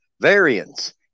variance